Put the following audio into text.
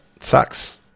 sucks